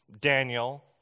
Daniel